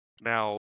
Now